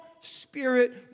spirit